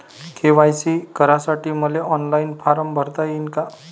KYC करासाठी मले online form भरता येईन का?